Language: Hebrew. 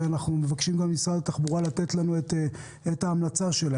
ואנחנו מבקשים ממשרד התחבורה לתת לנו את ההמלצה שלו.